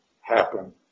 happen